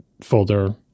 folder